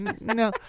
No